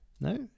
No